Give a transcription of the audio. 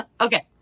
Okay